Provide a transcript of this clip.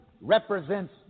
represents